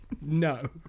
no